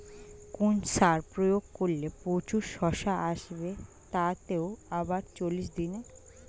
কোন সার প্রয়োগ করলে প্রচুর শশা আসবে তাও আবার চল্লিশ দিনে?